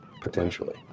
Potentially